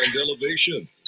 elevation